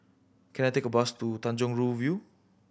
can I take a bus to Tanjong Rhu View